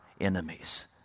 enemies